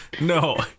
no